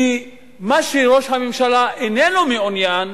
כי מה שראש הממשלה איננו מעוניין,